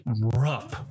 rough